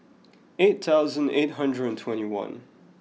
eight thousand eight hundred and twenty one